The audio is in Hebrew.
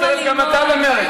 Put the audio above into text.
אולי תצטרף גם אתה למרצ.